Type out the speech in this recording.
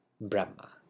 Brahma